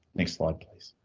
next slide please.